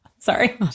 Sorry